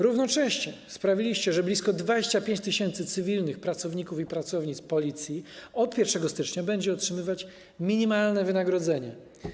Równocześnie sprawiliście, że blisko 25 tys. cywilnych pracowników i pracownic Policji od 1 stycznia będzie otrzymywać minimalne wynagrodzenie.